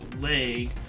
leg